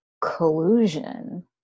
collusion